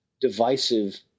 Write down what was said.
divisive